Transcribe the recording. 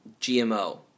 GMO